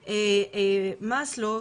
מסלו,